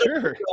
sure